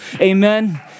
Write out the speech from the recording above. Amen